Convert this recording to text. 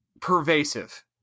Pervasive